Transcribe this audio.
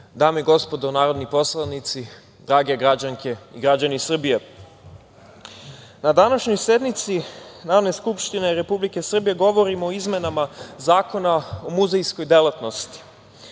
dame i gospodo narodni poslanici, drage građanke i građani Srbije, na današnjoj sednici Narodne skupštine Republike Srbije govorimo o izmenama Zakona o muzejskoj delatnosti. Ovaj